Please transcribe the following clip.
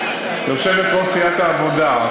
יושבת-ראש סיעת העבודה,